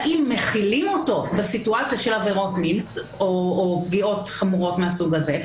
האם מחילים אותו בסיטואציה של עבירות מין או פגיעות חמורות מהסוג הזה,